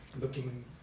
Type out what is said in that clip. looking